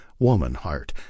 Womanheart